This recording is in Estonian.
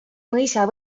mõisa